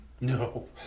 No